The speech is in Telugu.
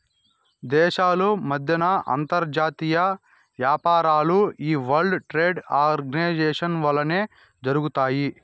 దేశాల మద్దెన అంతర్జాతీయ యాపారాలు ఈ వరల్డ్ ట్రేడ్ ఆర్గనైజేషన్ వల్లనే జరగతాయి